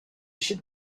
should